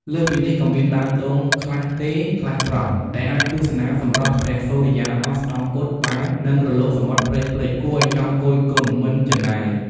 លើសពីនេះ ក៏មានដើមដូងខ្លះទេរ ខ្លះត្រង់ ដែលអាចទស្សនាសម្រស់ព្រះសុរិយាអស្តង្គតបាន និងរលកសមុទ្រព្រិចៗ គួរឱ្យចង់គយគន់មិនជិនណាយ។